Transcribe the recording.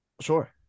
Sure